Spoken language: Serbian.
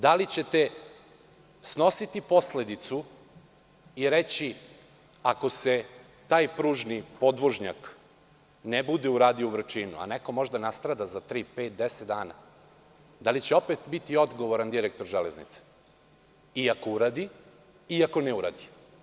Da li ćete snositi posledicu i reći ako se taj pružni podvožnjak ne bude uradio u Vrčinu, a neko možda nastrada za tri, pet, deset dana, da li će biti odgovaran direktor „Železnica“ i ako uradi i ako ne uradi?